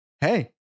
hey